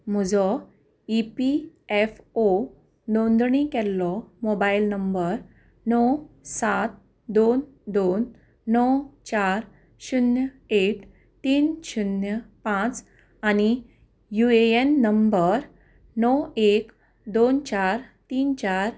म्हजो E P F O नोंदणी केल्लो मोबायल नंबर णव सात दोन दोन णव चार शुन्य एट तीन शुन्य पांच आनी यु ए एन नंबर णव एक दोन चार तीन चार